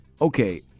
Okay